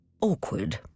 awkward